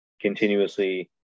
continuously